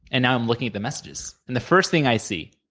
and i'm looking at the messages, and the first thing i see